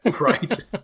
Right